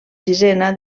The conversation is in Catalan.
sisena